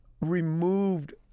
removed